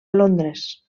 londres